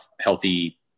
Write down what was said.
healthy